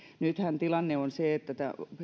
nythän tilanne on se että